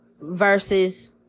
versus